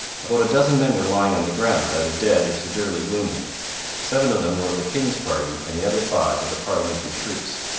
about a dozen men were lying on the ground, either dead or severely wounded seven of them were of the king's party, and the other five of the parliamentary troops.